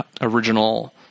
original